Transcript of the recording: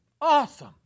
awesome